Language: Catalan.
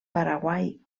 paraguai